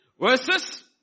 Versus